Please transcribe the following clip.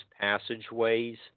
passageways